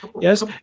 Yes